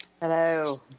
Hello